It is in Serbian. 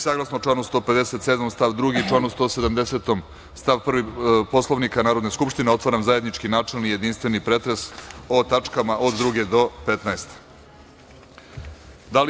Saglasno članu 157. stav 2. i članu 170. stav 1. Poslovnika Narodne skupštine otvaram zajednički načelni jedinstveni pretres o tačkama od druge do 15. dnevnog reda.